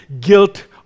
guilt